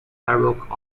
baroque